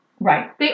Right